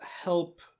help